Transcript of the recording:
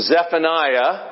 Zephaniah 。